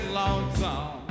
lonesome